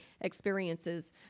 experiences